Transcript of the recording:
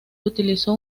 utilizó